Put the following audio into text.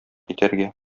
итәргә